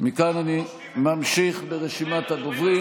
מכאן אני ממשיך ברשימת הדוברים,